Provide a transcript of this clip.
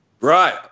Right